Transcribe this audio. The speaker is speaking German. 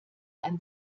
ein